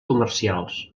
comercials